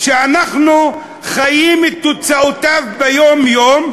שאנחנו חיים עם תוצאותיו ביום-יום,